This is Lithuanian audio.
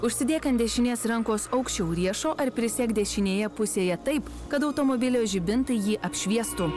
užsidėk ant dešinės rankos aukščiau riešo ar prisek dešinėje pusėje taip kad automobilio žibintai jį apšviestų